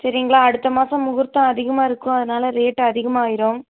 சரிங்களா அடுத்த மாதம் முகூர்த்தம் அதிகமாக இருக்கும் அதுனால் ரேட்டு அதிகமாகிரும்